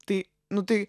tai nu tai